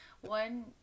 one